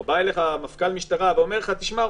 או בא אליך מפכ"ל משטרה ואומר לך: תשמע,